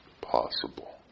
possible